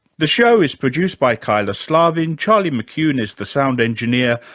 the show is produced by kyla slaven, charlie mccune is the sound engineer,